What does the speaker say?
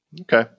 Okay